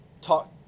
talk